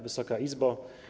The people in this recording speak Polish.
Wysoka Izbo!